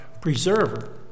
preserver